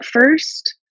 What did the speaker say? first